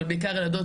אבל בעיקר ילדות,